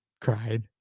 cried